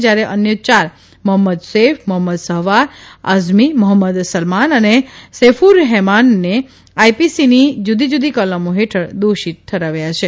જયારે અન્ય ચાર મોહંમદ સૈફ મોહંમદ સરવાર આઝમી મોહંમદ સલમાન અને સૈક્રર્હેમાનને આઇપીસીની જુદીજુદી કલમો હેઠળ દોષિત ઠરાવ્યા છે